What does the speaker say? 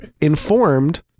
informed